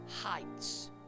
heights